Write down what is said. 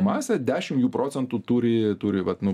masę dešim jų procentų turi turi vat nu